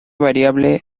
variable